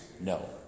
No